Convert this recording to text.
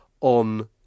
on